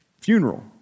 funeral